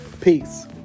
Peace